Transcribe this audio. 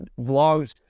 vlogs